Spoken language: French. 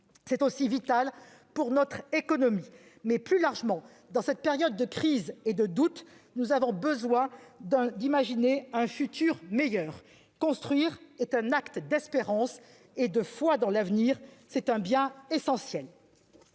C'est également vital pour notre économie. Mais plus largement, dans cette période de crise et de doute, nous avons besoin d'imaginer un futur meilleur. Construire est un acte d'espérance et de foi dans l'avenir. C'est un bien essentiel.